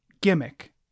gimmick